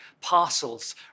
parcels